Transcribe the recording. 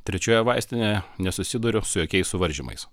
trečioje vaistinėje nesusiduriu su jokiais suvaržymais